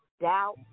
doubt